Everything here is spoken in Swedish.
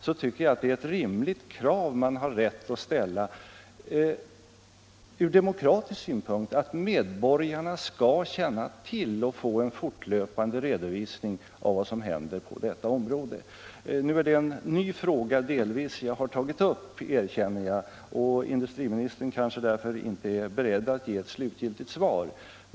Då tycker jag ett rimligt krav, som man har rätt att ställa från demokratisk synpunkt, är att medborgarna skall känna till — och få en fortlöpande redovisning för — vad som hänt på detta område. Nu är det en delvis ny fråga som jag har tagit upp, det erkänner jag, och industriministern är kanske därför inte beredd att ge ett slutgiltigt svar.